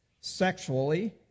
sexually